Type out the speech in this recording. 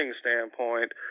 standpoint